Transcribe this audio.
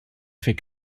fait